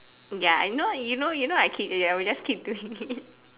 ya I know you know you know I keep ya we just keep doing it